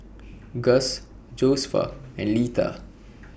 Guss Josefa and Litha